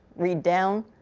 read down.